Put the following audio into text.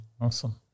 awesome